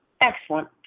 excellent